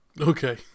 Okay